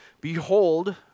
Behold